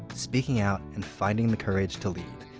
speaking out and finding the courage to lead.